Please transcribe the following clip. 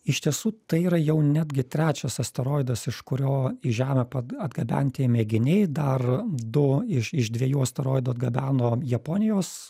iš tiesų tai yra jau netgi trečias asteroidas iš kurio į žemę pat atgabenti mėginiai dar du iš iš dviejų asteroidų atgabeno japonijos